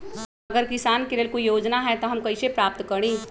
अगर किसान के लेल कोई योजना है त हम कईसे प्राप्त करी?